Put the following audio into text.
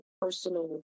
personal